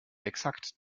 exakt